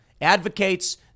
advocates